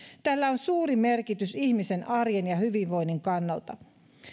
tällä on suuri merkitys ihmisen arjen ja hyvinvoinnin kannalta